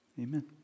Amen